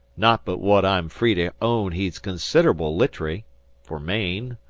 not but what i'm free to own he's considerable litt'ery fer maine.